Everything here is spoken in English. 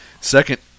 Second